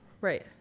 Right